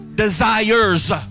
Desires